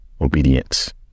obedience